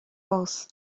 fós